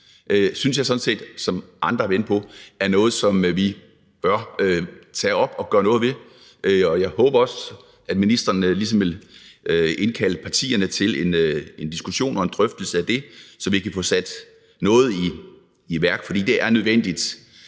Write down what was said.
synes jeg, ligesom andre har været inde på, sådan set er noget, som vi bør tage op og gøre noget ved. Og jeg håber også, at ministeren vil indkalde partierne til en drøftelse af det, så vi kan få sat noget i værk, for det er nødvendigt